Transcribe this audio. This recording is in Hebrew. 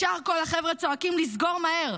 ישר כל החבר'ה צועקים: לסגור מהר.